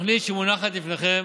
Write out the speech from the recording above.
התוכנית שמונחת לפניכם